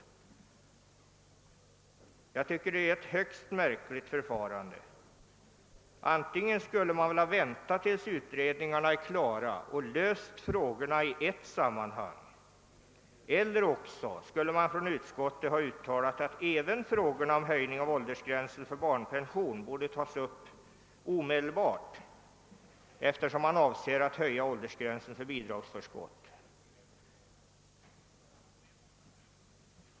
Jag tycker att detta förfarande är högst märkligt. Antingen skulle man väl ha väntat tills utredningarna blivit klara och sedan löst frågorna i ett sammanhang eller också skulle utskottet ha uttalat att även frågorna om höjning av åldersgränsen för barnpension borde tas upp omedelbart, eftersom man avser att höja åldersgränsen för bidragsförskott.